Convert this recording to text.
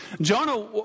Jonah